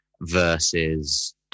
versus